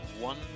one